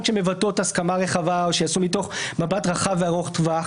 שמבטאות הסכמה רחבה או שיצאו מתוך מבט רחב וארוך טווח